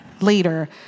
later